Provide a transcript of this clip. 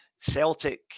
Celtic